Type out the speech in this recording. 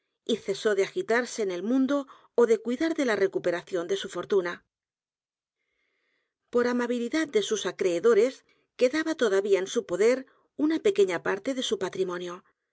y cesó de agitarse en el mundo ó de cuidar de la recuperación de su fortuna p o r amabilidad de sus acreedores quedaba todavía en su poder una pequeña parte de su patrimonio